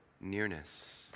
nearness